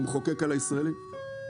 הוא מחוקק על הישראלי --- (רעש רקע)